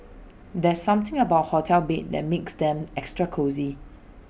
there's something about hotel beds that makes them extra cosy